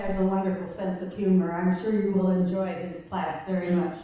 wonderful sense of humor, i'm sure you will enjoy his class very